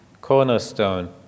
cornerstone